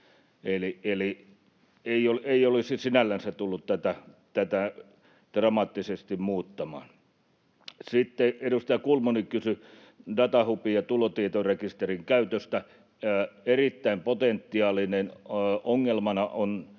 Eli se ei olisi sinällänsä tullut tätä dramaattisesti muuttamaan. Sitten edustaja Kulmuni kysyi datahubin ja tulotietorekisterin käytöstä. Erittäin potentiaalinen, ongelmana on